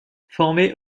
formée